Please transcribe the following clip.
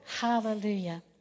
Hallelujah